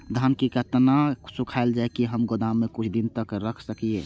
धान के केतना सुखायल जाय की हम गोदाम में कुछ दिन तक रख सकिए?